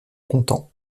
content